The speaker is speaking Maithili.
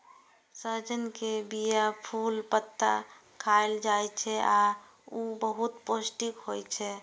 सहजन के बीया, फूल, पत्ता खाएल जाइ छै आ ऊ बहुत पौष्टिक होइ छै